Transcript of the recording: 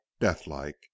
deathlike